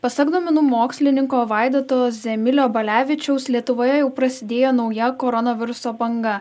pasak duomenų mokslininko vaidoto zemilio balevičiaus lietuvoje jau prasidėjo nauja koronaviruso banga